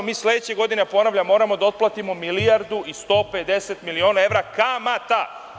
Mi sledeće godine, ponavljam, moramo da otplatimo milijardu i 150 miliona evra kamata.